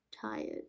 tired